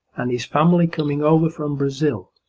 and his family coming over from brazil,